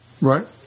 Right